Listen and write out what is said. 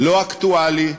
לא אקטואלי,